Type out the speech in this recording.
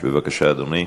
בבקשה, אדוני.